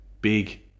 big